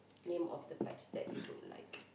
name of the pets that you don't like